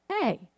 Hey